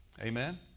Amen